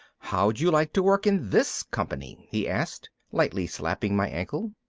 how'd you like to work in this company? he asked, lightly slapping my ankle.